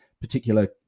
particular